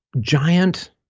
giant